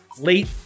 late